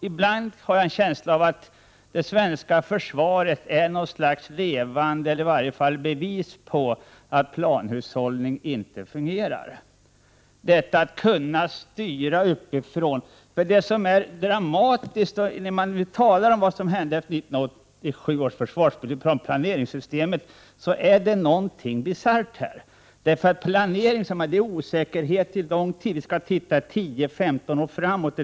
Ibland har jag en känsla av att det svenska försvaret är något slags levande bevis på att planhushållning inte fungerar, dvs. att kunna styra uppifrån. När man talar om vad som hände efter 1987 års försvarsbeslut, dvs. planeringssystemet, finner man att något är bisarrt. Det råder osäkerhet i planeringen. Man skall titta 10—15 år framåt i tiden.